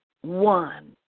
one